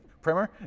Primer